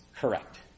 Correct